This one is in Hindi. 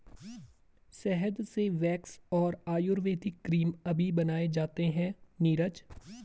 शहद से वैक्स और आयुर्वेदिक क्रीम अभी बनाए जाते हैं नीरज